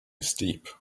steep